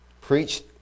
preached